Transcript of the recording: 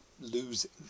losing